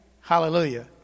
Hallelujah